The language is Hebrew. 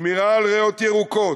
שמירה על ריאות ירוקות,